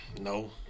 No